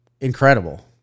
Incredible